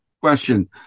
Question